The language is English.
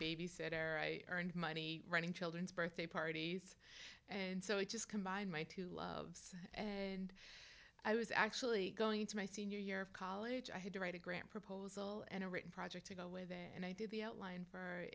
babysitter i earned money running children's birthday parties and so i just combine my two loves and i was actually going to my senior year of college i had to write a grant proposal and a written project to go with it and i did the outline for